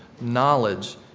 knowledge